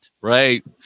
Right